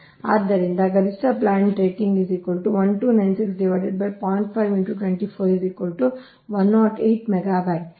ಆದ್ದರಿಂದ ಗರಿಷ್ಠ plant rating 108 megawatt